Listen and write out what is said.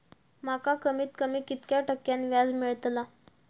माका कमीत कमी कितक्या टक्क्यान व्याज मेलतला?